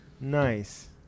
Nice